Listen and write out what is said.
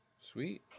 Sweet